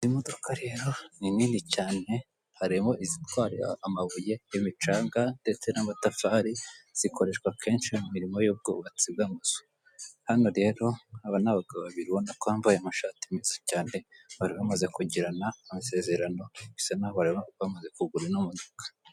Imodoka rero ni nini cyane, hariho izitwara amabuye n'imicanga ndetse n'amatafari, zikoreshwa kenshi mu mirimo y'ubwubatsi bw'amazu, hano rero aba ni abagabo babiri ubonako bambaye amashati meza cyane, bari bamaze kugirana amasezerano bisa n'aho bari bamaze kugura ino modoka.